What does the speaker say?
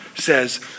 says